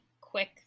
quick